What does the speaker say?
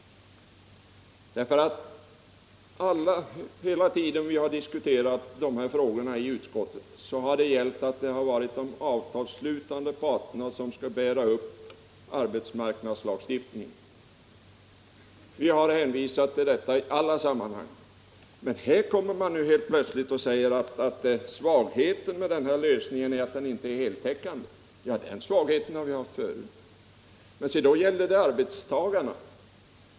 Under hela den tid vi har diskuterat de här frågorna i utskottet har det gällt att det varit de avtalsslutande parterna som skall bära upp arbetsmarknadslagstiftningen. Vi har hänvisat till detta i alla sammanhang. Här kommer man emellertid nu helt plötsligt och säger att svagheten med den lösningen är att den inte är heltäckande. Men den svagheten har vi ju haft förut — då gällde det arbetstagarna.